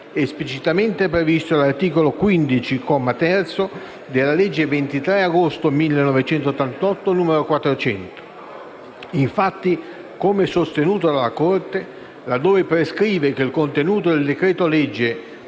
esplicitamente previsto dall'articolo 15, comma 3, della legge 23 agosto 1988, n. 400. Infatti, come sostenuto dalla Corte, là dove prescrive che il contenuto del decreto-legge